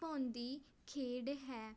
ਭਾਉਂਦੀ ਖੇਡ ਹੈ